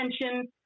attention